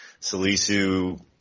salisu